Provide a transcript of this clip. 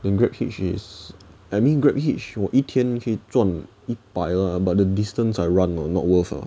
then GrabHitch is I mean GrabHitch 我一天可以赚一百啦 but the distance I run not worth lah